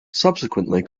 subsequently